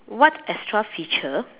what extra feature